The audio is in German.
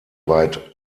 weit